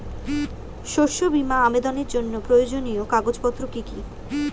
শস্য বীমা আবেদনের জন্য প্রয়োজনীয় কাগজপত্র কি কি?